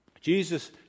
Jesus